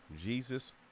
Jesus